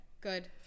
Good